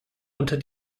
unter